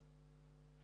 בשנתיים